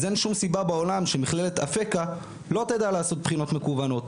אז אין שום סיבה בעולם שמכללת אפקה לא תדע לעשות בחינות מקוונות.